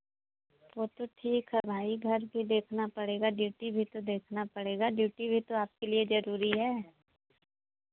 वो तो ठीक है भाई घर भी देखना पड़ेगा ड्यूटी भी तो देखना पड़ेगा ड्यूटी भी आपके लिए जरूरी है